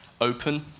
open